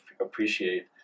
appreciate